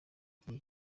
gihe